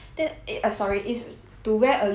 to wear a lipstick out it's not